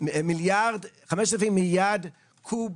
5,000 מיליארד קוב